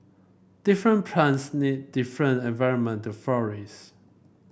different plants need different environment to flourish